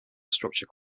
structure